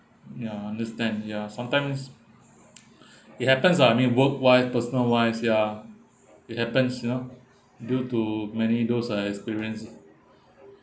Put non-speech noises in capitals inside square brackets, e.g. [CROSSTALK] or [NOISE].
ya I understand ya sometimes [BREATH] it happens lah I mean work wise personal wise ya it happens you know due to many those I experienced